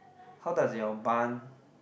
how does your barn